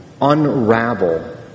unravel